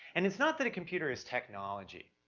and it's not that a computer is technology.